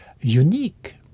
unique